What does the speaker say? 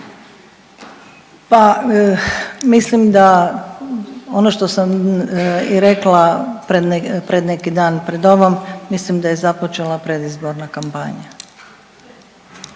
Pa mislim da ono što sam i rekla pred neki dan pred ovom, mislim da je započela predizborna kampanja.